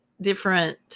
different